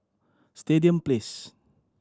Stadium Place